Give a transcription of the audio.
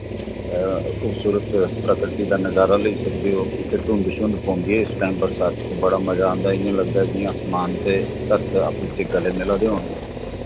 खूबसूरत प्रकृति दा नजारा लेई सकदे ओ उत्थै धुंद धुंद पौंदी ऐ इस टाइम च बरसात च बड़ा मजा आंदा इ'यां लगदा जि'यां आसमान ते धर्त आपे बिच्चें गले मिला दे होन